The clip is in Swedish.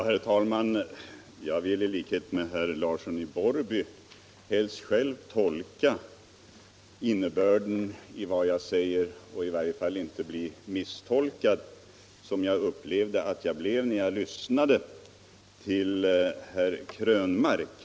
Herr talman! Jag vill — i likhet med herr Larsson i Borrby — helst själv tolka innebörden av vad jag säger och i varje fall inte bli misstolkad, som jag upplevt att jag blev när jag lyssnade till herr Krönmark.